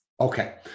Okay